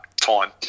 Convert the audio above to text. time